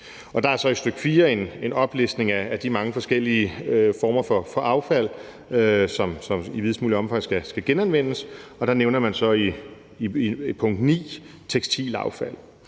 er altså i stk. 4 en oplistning af de mange forskellige former for affald, som i videst mulig omfang skal genanvendes, og der nævner man så i pkt. 9 tekstilaffald.